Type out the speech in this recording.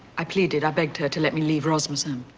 i pleaded, i begged her to let me leave rosmersholm.